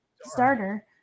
starter